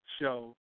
show